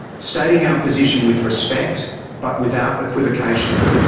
stating our position with respect but without equivocation.